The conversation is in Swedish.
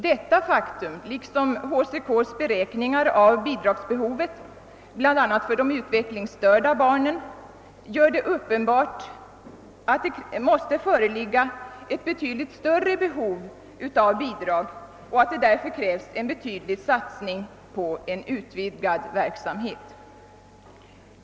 Detta faktum liksom HCK:s beräkningar av bidragsbehovet, bl.a. för de utvecklingsstörda barnen, gör det uppenbart att det måste föreligga ett betydligt större behov av bidrag och att det därför krävs en avsevärd satsning på att utvidga verksamheten.